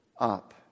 up